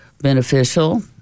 beneficial